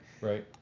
right